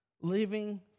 Living